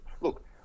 Look